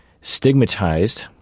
stigmatized